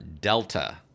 delta